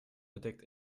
bedeckt